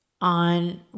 on